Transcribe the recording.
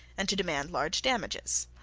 and to demand large damages.